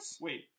Wait